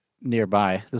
nearby